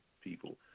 people